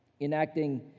enacting